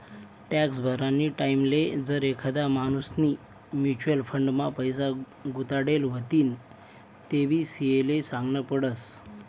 tax भरानी टाईमले जर एखादा माणूसनी म्युच्युअल फंड मा पैसा गुताडेल व्हतीन तेबी सी.ए ले सागनं पडस